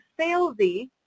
salesy